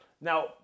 Now